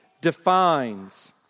defines